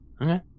Okay